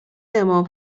امام